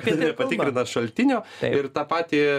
nepatikrina šaltinio ir tą patį